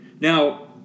Now